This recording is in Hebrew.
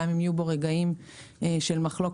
גם אם יהיו בו רגעים של מחלוקת,